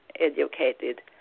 educated